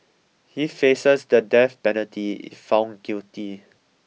he faces the death penalty if found guilty